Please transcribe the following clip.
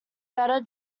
better